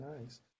nice